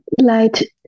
light